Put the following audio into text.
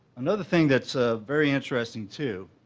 another thing that's ah very interesting, too,